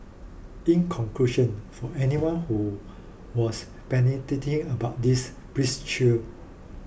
in conclusion for anyone who was panicking about this please chill